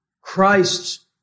Christ's